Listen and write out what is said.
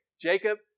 Jacob